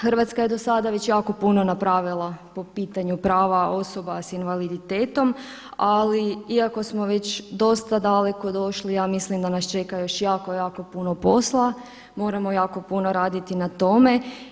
Hrvatska je do sada već jako puno napravila po pitanju prava osoba s invaliditetom, ali iako smo već dosta daleko došli ja mislim da nas čeka još jako, jako puno posla, moramo jako puno raditi na tome.